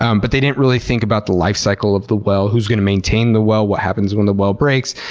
um but they didn't really think about the lifecycle of the well, who's going to maintain the well, what happens when the well breaks.